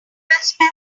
spend